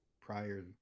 prior